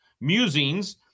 musings